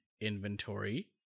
inventory